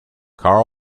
carl